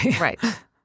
Right